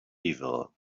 evil